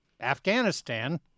Afghanistan